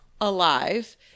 alive